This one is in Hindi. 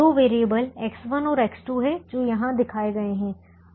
दो वैरिएबल X1 और X2 हैं जो यहां दिखाए गए हैं